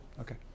Okay